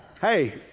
Hey